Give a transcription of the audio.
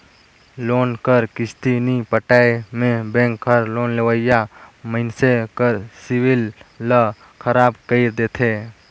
loan कर किस्ती नी पटाए में बेंक हर लोन लेवइया मइनसे कर सिविल ल खराब कइर देथे